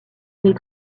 les